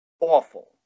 awful